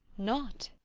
not?